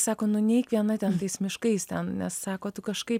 sako nu neeik viena ten tais miškais ten nes sako tu kažkaip